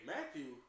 Matthew